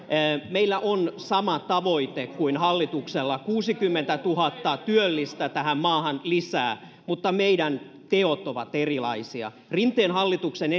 meillä on sama tavoite kuin hallituksella kuusikymmentätuhatta työllistä tähän maahan lisää mutta meidän tekomme ovat erilaisia rinteen hallituksen